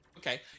Okay